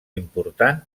important